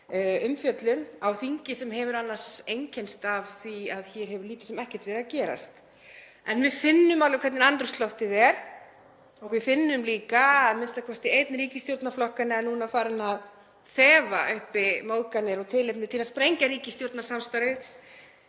umfjöllun á þingi sem hefur annars einkennst af því að hér hefur lítið sem ekkert verið að gerast. En við finnum alveg hvernig andrúmsloftið er. Við finnum líka að a.m.k. einn ríkisstjórnarflokkanna er núna farinn að þefa uppi móðganir og tilefni til að sprengja ríkisstjórnarsamstarfið.